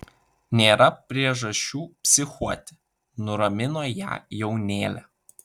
nėra priežasčių psichuoti nuramino ją jaunėlė